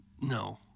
No